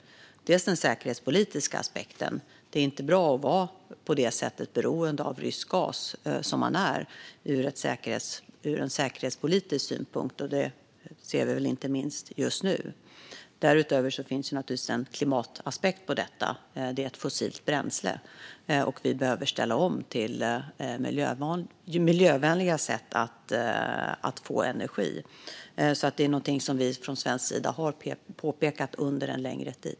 Först har vi den säkerhetspolitiska aspekten, det vill säga att det ur säkerhetspolitisk synpunkt inte är bra att vara beroende av rysk gas på det sätt som man är. Det ser ju vi inte minst just nu. Därutöver finns naturligtvis en klimataspekt på detta: Det är ett fossilt bränsle, och vi behöver ställa om till miljövänliga sätt att få energi. Detta är alltså något vi från svensk sida har påpekat under en längre tid.